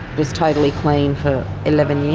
was totally clean for eleven years,